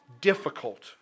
difficult